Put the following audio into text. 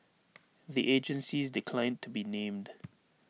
the agencies declined to be named